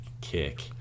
kick